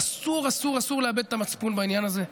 אסור, אסור לאבד את המצפון בעניין הזה.